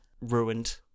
ruined